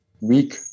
weak